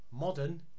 modern